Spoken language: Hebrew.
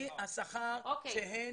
לפי השכר שהן